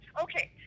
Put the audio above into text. Okay